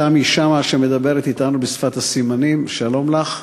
תמי שמע, שמדברת אתנו בשפת הסימנים, שלום לך.